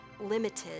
limited